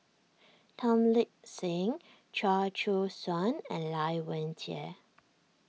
Tan Lip Seng Chia Choo Suan and Lai Weijie